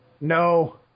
no